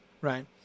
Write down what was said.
right